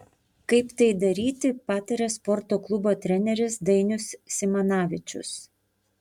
kaip tai daryti pataria sporto klubo treneris dainius simanavičius